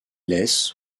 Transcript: laisse